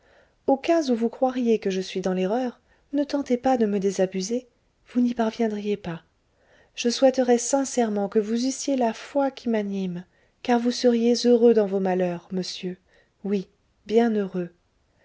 au cas où vous croiriez que je suis dans l'erreur ne tentez pas de me désabuser vous n'y parviendriez pas je souhaiterais sincèrement que vous eussiez la foi qui m'anime car vous seriez heureux dans vos malheurs monsieur oui bien heureux